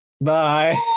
Bye